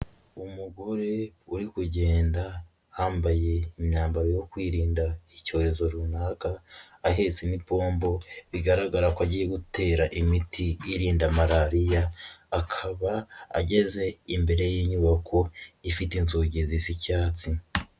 Umugore uri kugenda yambaye imyambaro yo kwirinda icyorezo runaka, ahetse n'impombo, bigaragara ko agiye gutera imiti irinda Malariya, akaba ageze imbere y'inyubako ifite inzugi z'icyatsi.